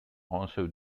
also